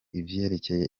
ivyerekeye